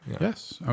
yes